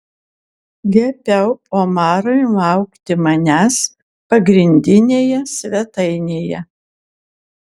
liepiau omarui laukti manęs pagrindinėje svetainėje